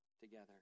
together